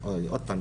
עוד פעם,